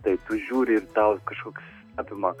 taip žiūri ir tau kažkoks apima